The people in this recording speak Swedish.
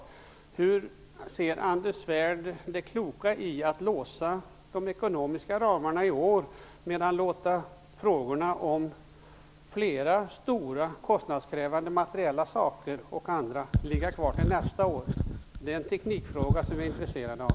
Vad är, enligt Anders Svärd, det kloka i att låsa de ekonomiska ramarna i år, medan man t.ex. låter frågor om flera stora kostnadskrävande materiella saker ligga kvar till nästa år? Det är en teknikfråga som vi är intresserade av.